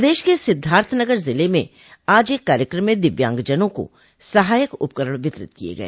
प्रदेश के सिद्धार्थनगर जिले में आज एक कार्यक्रम में दिव्यांगजनों का सहायक उपकरण वितरित किये गय